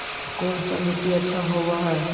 कोन सा मिट्टी अच्छा होबहय?